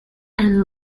and